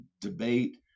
debate